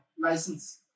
license